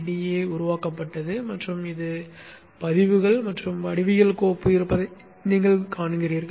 gEDA உருவாக்கப்பட்டது மற்றும் இதில் பதிவுகள் மற்றும் வடிவியல் கோப்பு இருப்பதை நீங்கள் காண்கிறீர்கள்